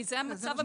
כי זה המצב המשפטי.